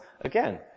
Again